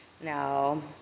Now